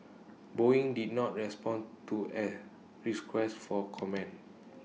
boeing did not respond to A request for comment